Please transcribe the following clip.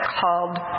called